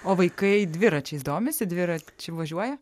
o vaikai dviračiais domisi dviračiu važiuoja